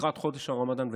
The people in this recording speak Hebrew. לקראת חודש הרמדאן ופסח,